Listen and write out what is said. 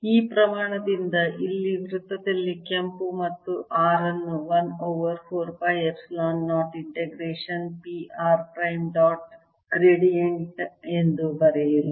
ಈ ಪ್ರಮಾಣದಿಂದ ಇಲ್ಲಿ ವೃತ್ತದಲ್ಲಿ ಕೆಂಪು ಮತ್ತು r ಅನ್ನು 1 over 4 pi epsilon 0 integration p r prime dot gradient ಎಂದು ಬರೆಯಿರಿ